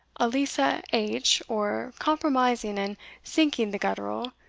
elisa h, or compromising and sinking the guttural,